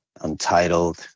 untitled